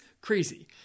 crazy